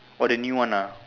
for the new one lah